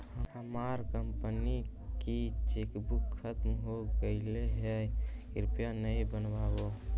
हमार कंपनी की चेकबुक खत्म हो गईल है, कृपया नई बनवाओ